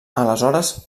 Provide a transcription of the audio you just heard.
aleshores